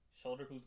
Shoulder